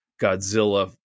Godzilla